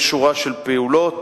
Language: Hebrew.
יש שורה של פעולות: